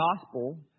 gospel